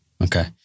Okay